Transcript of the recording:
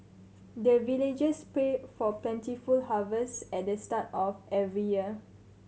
the villagers pray for plentiful harvest at start of every year